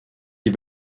die